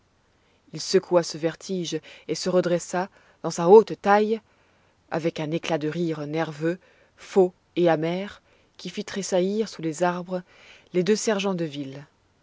il secoua ce vertige et se redressa dans sa haute taille avec un éclat de rire nerveux faux et amer qui fit tressaillir sous les arbres les deux sergents de ville